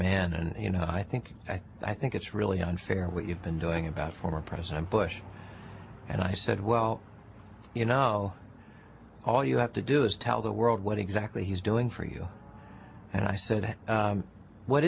man and you know i think i think it's really unfair what you've been doing about former president bush and i said well you know all you have to do is tell the world what exactly he's doing for you and i said what